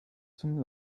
zum